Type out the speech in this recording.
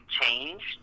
changed